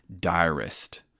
diarist